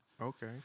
Okay